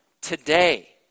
today